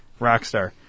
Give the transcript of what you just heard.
Rockstar